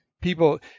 people